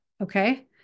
Okay